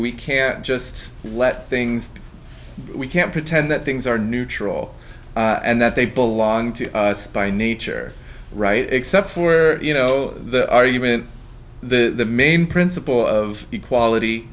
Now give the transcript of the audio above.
we can't just let things we can't pretend that things are neutral and that they belong to us by nature right except for you know the argument the main principle of equality